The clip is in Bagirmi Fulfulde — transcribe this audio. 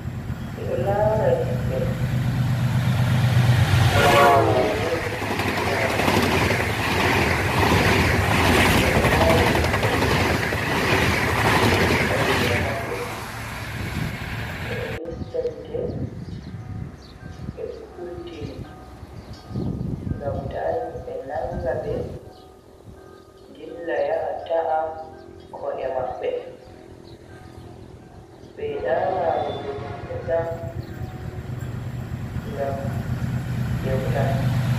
Be do lara himbe ngam be vowai larugo himbe. To be lari himbe sai be haidina masin, bedo lista gite bedo hultiri ngam ta himbe nanga be dilla yaha ta'a ko'e mabbe. Be yida larugo himbe sam ngam be hulan.